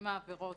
אם העבירות,